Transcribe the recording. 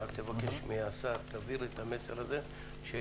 רק תעביר את המסר הזה לשר,